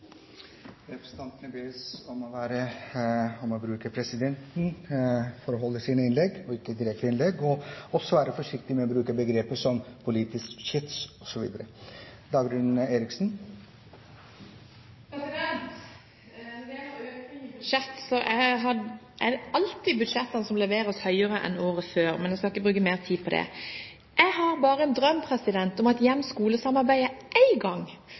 Representantene bes om å rette sin tale til presidenten og ikke direkte til andre representanter, og også være forsiktige med å bruke begreper som «politisk skyts» osv. Dagrun Eriksen har hatt ordet to ganger og får ordet til en kort merknad, begrenset til 1 minutt. Når det gjelder økning i budsjettet, er budsjettene som leveres, alltid høyere enn året før. Men jeg skal ikke bruke mer tid på det. Jeg hadde en drøm om at